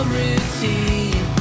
routine